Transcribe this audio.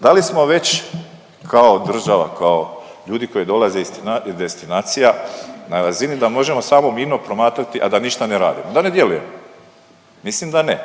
Da li smo već kao država, kao ljudi koji dolaze iz destinacija na razini da možemo samo mirno promatrati, a da ništa ne radimo, da ne djelujemo? Mislim da ne.